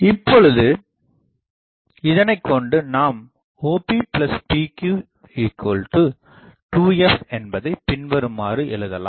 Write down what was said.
இப்பொழுது இதனைக்கொண்டு நாம் OPPQ2f என்பதை பின்வருமாறு எழுதலாம்